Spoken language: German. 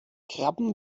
krabben